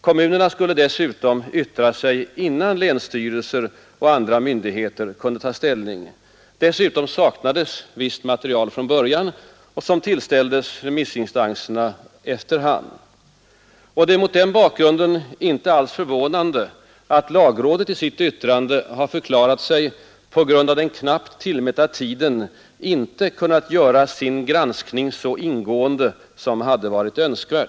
Kommunerna skulle dessutom yttra sig innan länsstyrelser och andra myndigheter kunde ta ställning. Visst material saknades dessutom från början och tillställdes remissinstanserna efter hand. Det är mot den bakgrunden inte förvånande att lagrådet i sitt yttrande har förklarat sig på grund av den knappt tillmätta tiden ”inte kunnat göra sin granskning så ingående som hade varit önskvärt”.